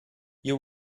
you